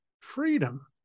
freedom